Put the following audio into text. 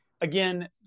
Again